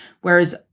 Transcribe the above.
Whereas